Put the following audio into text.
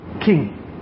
king